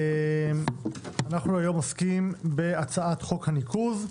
אנחנו עוסקים היום בהצעת חוק הניקוז.